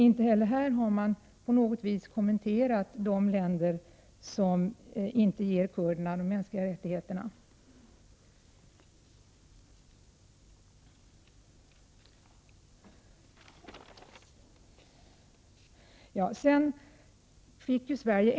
Inte heller här finns någon kommentar om de länder som inte ger kurderna mänskliga rättigheter.